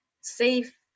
safe